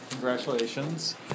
Congratulations